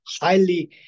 highly